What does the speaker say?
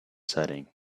setting